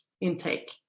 intake